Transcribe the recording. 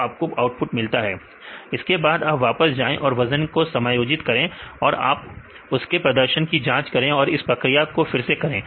तो आपको आउटपुट मिलता है इसके बाद आप वापस जाएं और वजन को समायोजित करें फिर आप उसकी प्रदर्शन की जांच करें और इस प्रक्रिया को फिर से करें